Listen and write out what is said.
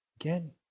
Again